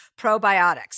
probiotics